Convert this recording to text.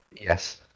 Yes